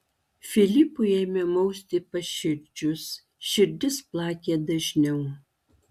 filipui ėmė mausti paširdžius širdis plakė dažniau